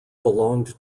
belonged